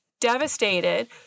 devastated